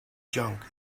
junk